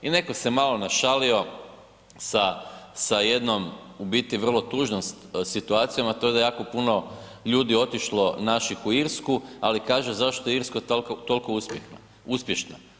I netko se malo našalio sa jednom u biti vrlo tužnom situacijom, a to je da je jako puno ljudi otišlo naših u Irsku, ali kaže, zašto je Irska toliko uspješna.